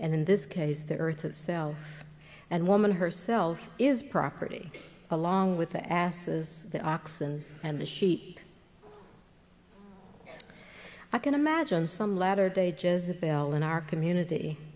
and in this case the earth itself and woman herself is property along with the asses the oxen and the sheep i can imagine some latter day just to fill in our community